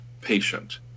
patient